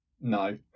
No